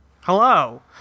Hello